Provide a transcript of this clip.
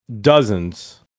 dozens